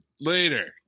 later